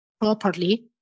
properly